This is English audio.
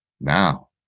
now